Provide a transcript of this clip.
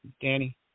Danny